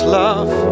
love